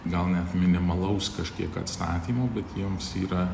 gal net minimalaus kažkiek atsakymų bet jiems yra